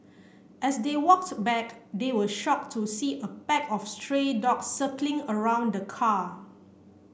as they walks back they were shocked to see a pack of stray dog circling around the car